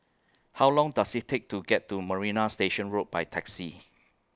How Long Does IT Take to get to Marina Station Road By Taxi